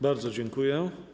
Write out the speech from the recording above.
Bardzo dziękuję.